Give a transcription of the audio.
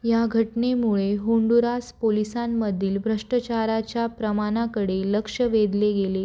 या घटनेमुळे होंडुरास पोलिसांमधील भ्रष्टाचाराच्या प्रमाणाकडे लक्ष वेधले गेले